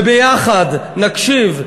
וביחד נקשיב,